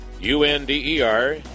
U-N-D-E-R